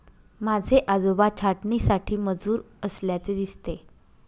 माझे आजोबा छाटणीसाठी मजूर असल्याचे दिसते